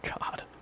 god